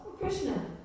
Krishna